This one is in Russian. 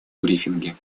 брифинги